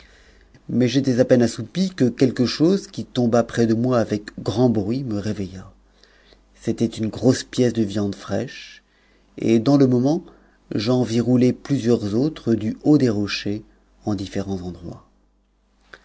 mais j'étais à peine assoupi que quelque chos qui tomba près de moi avec grand bruit me réveilla c'était une cross pièce de viande fraîche et dans le moment j'en vis rouler ptusicnr autres du haut des rochers en différents endroits